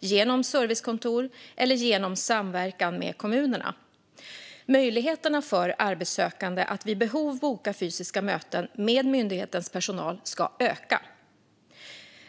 genom servicekontor eller genom samverkan med kommunerna. Möjligheterna för arbetssökande att vid behov boka fysiska möten med myndighetens personal ska öka.